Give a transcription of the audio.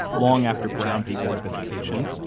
long after brown v. board of education.